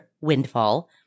windfall